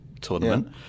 tournament